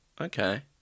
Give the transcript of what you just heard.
Okay